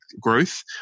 growth